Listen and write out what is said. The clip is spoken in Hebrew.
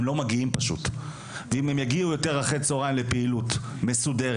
הם לא מגיעים פשוט ואם הם יגיעו יותר אחרי צוהריים לפעילות מסודרת,